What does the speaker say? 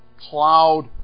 cloud